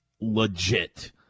legit